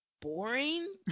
boring